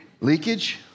Leakage